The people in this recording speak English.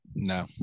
No